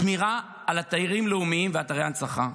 שמירה על אתרים לאומיים ואתרי הנצחה,